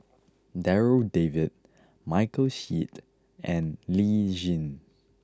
Darryl David Michael Seet and Lee Tjin